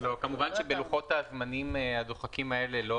כמובן שבלוחות הזמנים הדוחקים האלה לא